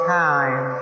time